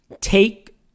take